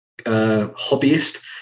hobbyist